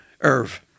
Irv